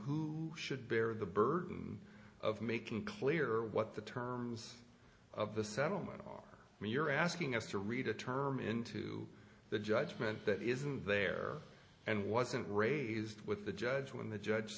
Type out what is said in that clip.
who should bear the burden of making clear what the terms of the settlement are you're asking us to read a term into the judgment that isn't there and wasn't raised with the judge when the judge